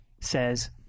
says